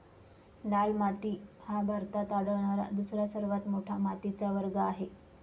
लाल माती हा भारतात आढळणारा दुसरा सर्वात मोठा मातीचा वर्ग आहे